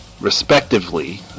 respectively